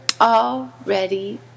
already